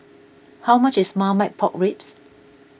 how much is Marmite Pork Ribs